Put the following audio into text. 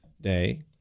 day